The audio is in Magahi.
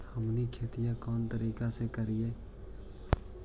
हमनी खेतीया कोन तरीका से करीय?